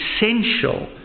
essential